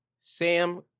Sam